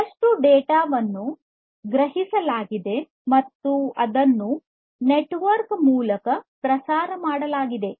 ಎಷ್ಟು ಡೇಟಾವನ್ನು ಗ್ರಹಿಸಲಾಗಿದೆ ಮತ್ತು ಅದನ್ನು ನೆಟ್ವರ್ಕ್ ಮೂಲಕ ಪ್ರಸಾರ ಮಾಡಲಾಗುತ್ತಿದೆ